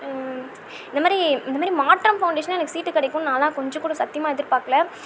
இந்தமாதிரி இந்தமாதிரி மாற்றம் ஃபௌண்டேஷனில் எனக்கு சீட்டு கிடைக்கும்னு நான்லாம் கொஞ்சம் கூட சத்தியமா எதிர்பாக்கல